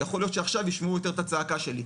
יכול להיות שעכשיו ישמעו יותר את הצעקה שלי.